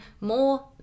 more